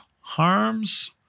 harms